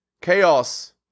chaos